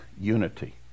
unity